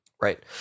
Right